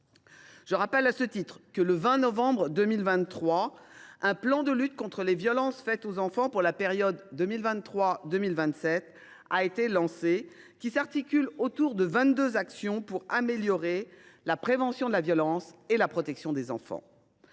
Je rappelle à ce titre que, le 20 novembre 2023, un plan de lutte contre les violences faites aux enfants pour la période 2023 2027 a été lancé, qui s’articule autour de vingt deux actions tendant à améliorer la prévention des violences et la protection des enfants.